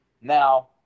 now